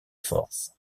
forces